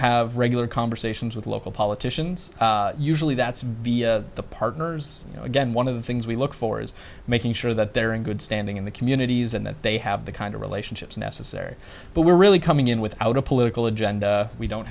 have regular conversations with local politicians usually that's via the partners again one of the things we look for is making sure that they're in good standing in the communities and that they have the kind of relationships necessary but we're really coming in without a political agenda we don't